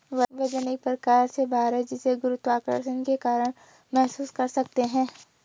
वजन एक प्रकार से भार है जिसे गुरुत्वाकर्षण के कारण महसूस कर सकते है